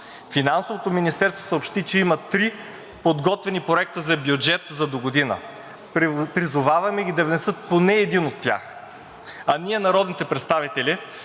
Финансовото министерство съобщи, че има три подготвени проекта за бюджет за догодина. Призоваваме ги да внесат поне един от тях, а ние, народните представители,